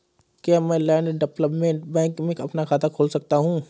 क्या मैं land development bank में अपना खाता खोल सकता हूँ?